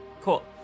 Cool